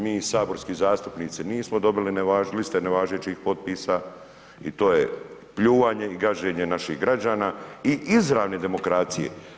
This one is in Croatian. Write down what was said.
Mi saborski zastupnici nismo dobili liste nevažećih potpisa i to je pljuvanje i gaženje naših građana i izravne demokracije.